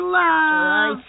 love